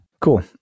Cool